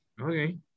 Okay